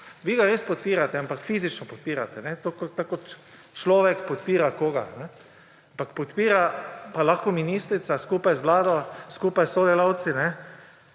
Vi ga res podpirate, ampak fizično podpirate, tako kot človek podpira koga. Ampak podpira pa lahko ministrica skupaj z vlado, skupaj